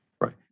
Right